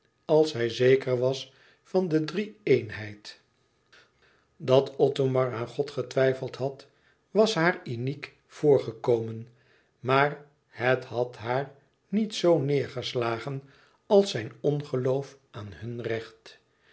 als zij zeker was van de drie eenheid dat othomar aan god getwijfeld had was haar iniek voorgekomen maar het had haar niet zo neêrgeslagen als zijn ongeloof aan hun recht